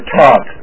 talk